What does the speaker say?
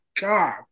God